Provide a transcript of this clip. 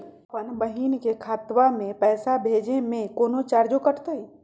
अपन बहिन के खतवा में पैसा भेजे में कौनो चार्जो कटतई?